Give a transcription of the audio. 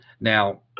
Now